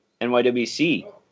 nywc